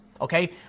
Okay